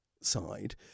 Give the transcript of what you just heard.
side